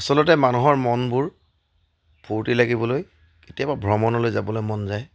আচলতে মানুহৰ মনবোৰ ফূৰ্তি লাগিবলৈ কেতিয়াবা ভ্ৰমণলৈ যাবলৈ মন যায়